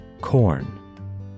corn